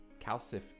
Calcif